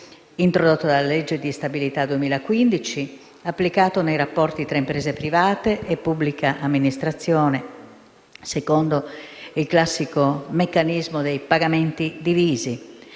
introdotto dalla legge di stabilità 2015, applicato nei rapporti tra imprese private e pubblica amministrazione, secondo il classico meccanismo dei pagamenti divisi;